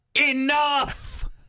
Enough